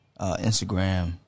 Instagram